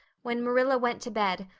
when marilla went to bed,